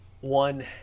one